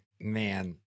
man